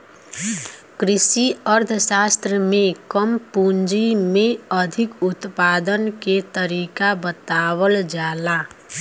कृषि अर्थशास्त्र में कम पूंजी में अधिक उत्पादन के तरीका बतावल जाला